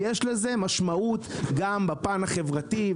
יש לזה משמעת גם בפן החברתי,